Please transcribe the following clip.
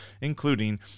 including